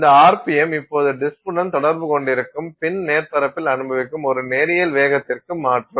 இந்த RPM இப்போது disk உடன் தொடர்பு கொண்டிருக்கும் பின் மேற்பரப்பில் அனுபவிக்கும் ஒரு நேரியல் வேகத்திற்கு மாற்றும்